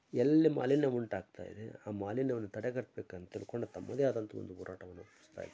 ಎಲ್ಲಿ ಮಾಲಿನ್ಯ ಉಂಟಾಗ್ತಾ ಇದೆ ಆ ಮಾಲಿನ್ಯವನ್ನು ತಡೆಗಟ್ಬೇಕಂತ ತಿಳ್ಕೊಂಡು ತಮ್ಮದೇ ಆದಂಥ ಒಂದು ಹೋರಾಟವನ್ನು ರೂಪಿಸ್ತಾ ಇದ್ದಾರೆ